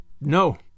No